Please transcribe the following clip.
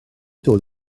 dod